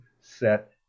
set